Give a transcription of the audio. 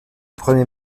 premier